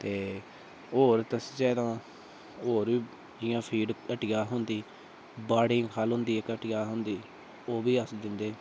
ते होर दस्सचै तां होर बी जि'यां फीड़ हट्टिया थ्होंदी बाड़े दी खल होंदी इक हट्टिया थ्होंदी उब्भी अस दिंदे